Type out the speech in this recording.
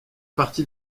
partie